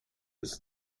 its